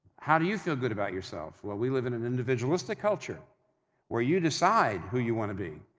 how do you feel good about yourself? well, we live in an individualistic culture where you decide who you want to be,